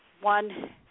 one